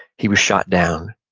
he was shot down.